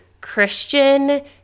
Christian